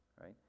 right